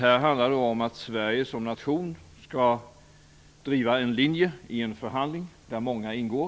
Här handlar det om att Sverige som nation skall driva en linje i en förhandling där många ingår.